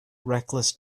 reckless